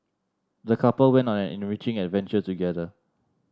the couple went on an enriching adventure together